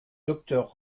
docteur